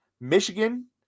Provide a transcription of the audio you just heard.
michigan